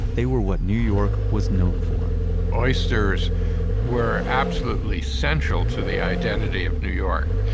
they were what new york was known for oysters were absolutely central to the identity of new york.